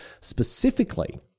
specifically